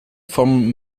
from